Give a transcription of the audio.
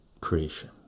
Creation